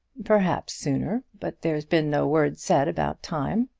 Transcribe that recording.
perhaps sooner but there's been no word said about time.